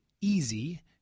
easy